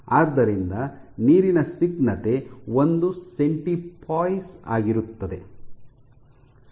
ಆದ್ದರಿಂದ ನೀರಿನ ಸ್ನಿಗ್ಧತೆ ಒಂದು ಸೆಂಟಿಪೋಯಿಸ್ ಆಗಿರುತ್ತದೆ